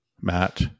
Matt